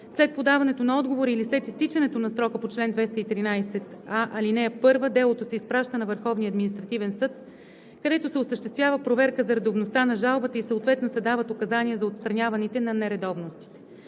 След подаването на отговора или след изтичането на срока по чл. 213а, ал. 1 делото се изпраща на Върховния административен съд, където се осъществява проверка за редовността на жалбата и съответно се дават указания за отстраняването на нередовностите.